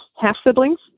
half-siblings